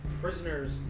Prisoners